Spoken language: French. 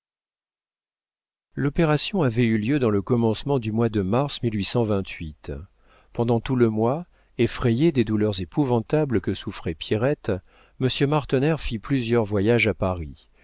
l'opération avait eu lieu dans le commencement du mois de mars pendant tout le mois effrayé des douleurs épouvantables que souffrait pierrette monsieur martener fit plusieurs voyages à paris